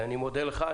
אני מודה לך.